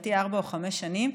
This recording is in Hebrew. לדעתי ארבע או חמש שנים.